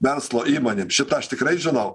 verslo įmonėm šitą aš tikrai žinau